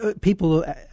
people